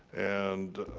and